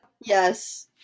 Yes